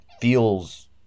feels